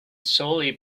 solely